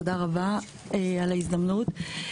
תודה רבה על ההזדמנות.